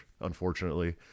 unfortunately